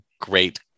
great